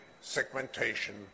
segmentation